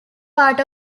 part